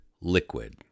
liquid